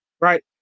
right